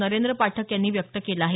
नोंद्र पाठक यांनी व्यक्त केलं आहे